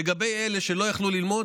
לגבי אלה שלא יכלו ללמוד,